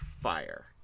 fire